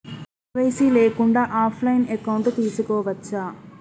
KYC లేకుండా కూడా offline account తీసుకోవచ్చా?